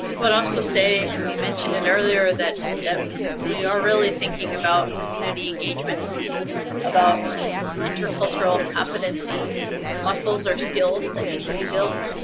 but also say and we mentioned it earlier that that we are really thinking about community engagement about those intercultural competency muscles or skills that need to be built,